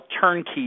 turnkey